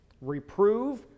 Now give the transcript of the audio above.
reprove